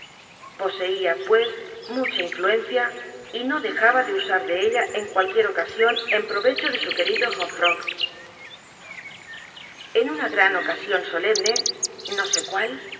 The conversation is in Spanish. poseía pues mucha influencia y no dejaba de n s a r de ella en cualquier ocasión en provecho de su querido h o p f r o g en una g r a n ocasión solemne no sé cuál